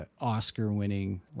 Oscar-winning